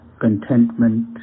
contentment